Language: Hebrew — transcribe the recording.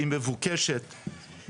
היא מבוקשת,